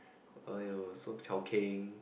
!aiyo! so chao keng